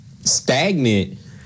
stagnant